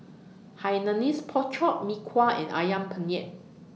Hainanese Pork Chop Mee Kuah and Ayam Penyet